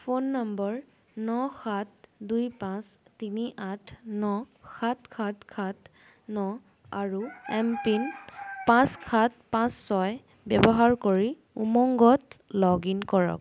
phone number ন সাত দুই পাঁচ তিনি আঠ ন সাত সাত সাত ন আৰু এমপিন পাঁচ সাত পাঁচ ছয় ব্যৱহাৰ কৰি উমংগত লগ ইন কৰক